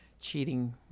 cheating